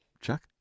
Chuck